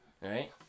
right